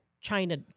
China